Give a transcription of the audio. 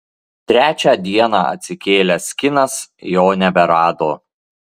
trečią dieną atsikėlęs kinas jo neberado